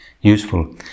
Useful